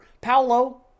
Paolo